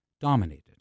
dominated